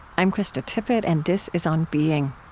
i'm krista tippett, and this is on being